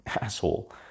asshole